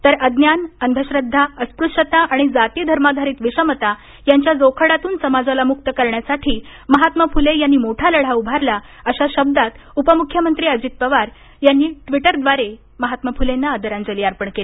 तर अज्ञानअंधश्रद्वाअस्पृश्यता याबी जाती धर्माधारित विषमता यांच्या जोखडातून समाजाला मुक्त करण्यासाठी महात्मा फुले यांनी मोठं लढा उभारला आशा शब्दांत उपमुख्यमंत्री अजित पवार यांनी ट्विटर द्वारे महात्मा फुल्यांना आदरांजली अर्पण केली